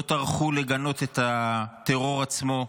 לא טרחו לגנות את הטרור עצמו.